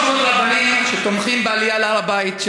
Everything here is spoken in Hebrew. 300 רבנים שתומכים בעלייה להר-הבית,